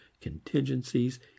contingencies